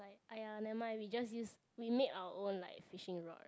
!aiya! never mind we just use we make our own like fishing rod